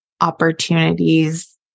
opportunities